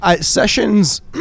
Sessions